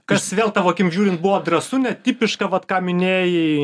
kas vėl tavo akim žiūrint buvo drąsu netipiška vat ką minėjai